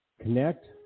connect